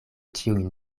ĉiujn